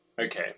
Okay